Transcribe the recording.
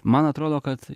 man atrodo kad